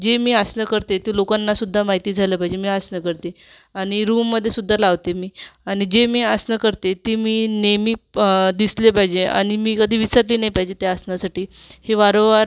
जी मी आसनं करते ती लोकांनासुद्धा माहिती झालं पाहिजे मी आसनं करते आणि रूममध्ये सुद्धा लावते मी आणि जे मी आसनं करते ती मी नेहमी दिसले पाहिजे आणि मी कधी विसरले नाही पाहिजे त्या आसनासाठी हे वारंवार